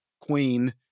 queen